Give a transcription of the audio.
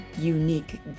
unique